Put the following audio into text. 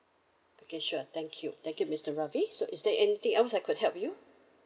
okay sure thank you thank you mister ravi so is there anything else I could help you